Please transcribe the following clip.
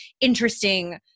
interesting